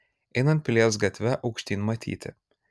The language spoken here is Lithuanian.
einant pilies gatve aukštyn matyti